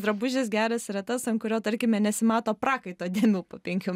drabužis geras yra tas ant kurio tarkime nesimato prakaito dėmių po penkių